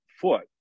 foot